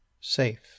safe